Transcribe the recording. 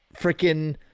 freaking